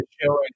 showing